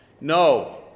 No